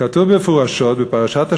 כתוב מפורשות בפרשת השבוע,